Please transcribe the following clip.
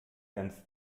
ganz